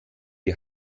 die